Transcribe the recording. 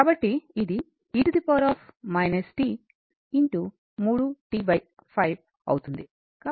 కాబట్టి ఇది e 3 t5 అవుతుంది